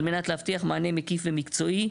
על מנת להבטיח מענה מקיף ומקצועי,